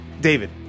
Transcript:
David